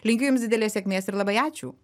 linkiu jums didelės sėkmės ir labai ačiū